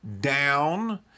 down